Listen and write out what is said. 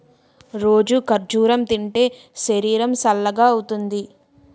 రోజూ ఖర్జూరం తింటే శరీరం సల్గవుతుంది